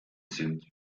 sind